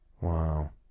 Wow